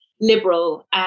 liberal